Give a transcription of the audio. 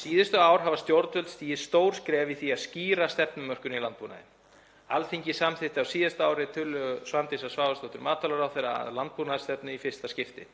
Síðustu ár hafa stjórnvöld stigið stór skref í því að skýra stefnumörkun í landbúnaðinum. Alþingi samþykkti á síðasta ári tillögu Svandísar Svavarsdóttur matvælaráðherra að landbúnaðarstefnu í fyrsta skipti.